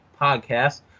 Podcast